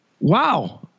wow